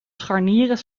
scharnieren